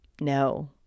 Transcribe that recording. No